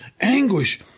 anguish